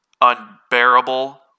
Unbearable